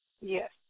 Yes